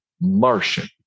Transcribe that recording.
Martian